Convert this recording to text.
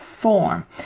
form